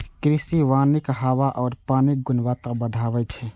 कृषि वानिक हवा आ पानिक गुणवत्ता बढ़बै छै